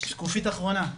שקופית אחרונה,